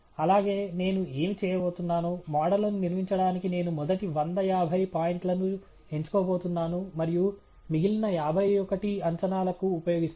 అలాగే నేను ఏమి చేయబోతున్నాను మోడళ్లను నిర్మించడానికి నేను మొదటి వంద యాభై పాయింట్లను ఎంచుకోబోతున్నాను మరియు మిగిలిన యాభై ఒకటి అంచనాలకు ఉపయోగిస్తాను